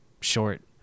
short